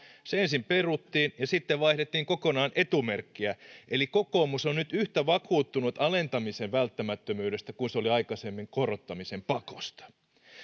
se ensin peruttiin ja sitten vaihdettiin kokonaan etumerkkiä eli kokoomus on nyt yhtä vakuuttunut alentamisen välttämättömyydestä kuin se oli aikaisemmin korottamisen pakosta